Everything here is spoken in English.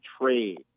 trade